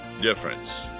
difference